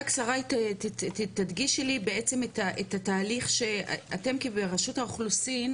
רק שריי תדגישי לי בעצם את התהליך שאתם כרשות האוכלוסין,